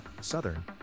Southern